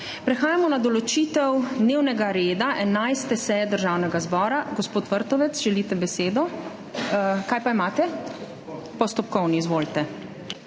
Prehajamo na **določitev dnevnega reda** 11. seje Državnega zbora. Gospod Vrtovec, želite besedo? Kaj pa imate? Postopkovno. Izvolite.